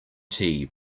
tnt